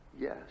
Yes